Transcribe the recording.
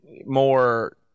more